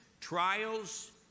trials